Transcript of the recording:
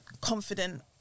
confident